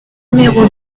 numéro